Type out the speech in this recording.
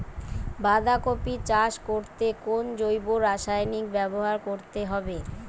বাঁধাকপি চাষ করতে কোন জৈব রাসায়নিক ব্যবহার করতে হবে?